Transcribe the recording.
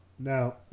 Now